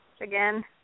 again